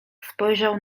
spojrzał